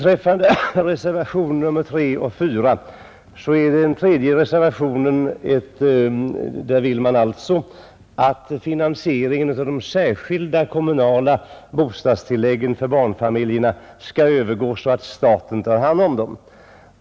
I reservationen 3 yrkas att finansieringen av de särskilda kommunala bostadstilläggen för barnfamiljer skall övertas av staten.